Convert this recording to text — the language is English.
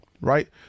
Right